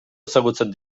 ezagutzen